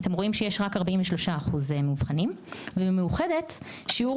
רק 43% מאובחנים ובמאוחדת שיעור